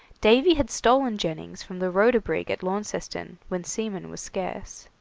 davy had stolen jennings from the rhoda brig at launceston, when seamen were scarce.